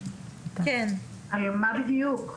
על מה בדיוק?